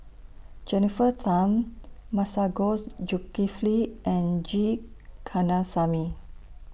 Jennifer Tham Masagos Zulkifli and G Kandasamy